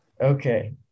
Okay